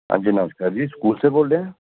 ਹਾਂਜੀ ਨਮਸਕਾਰ ਜੀ ਸਕੂਲ ਸੇ ਬੋਲ ਰਹੇ ਹੈ